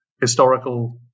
historical